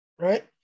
right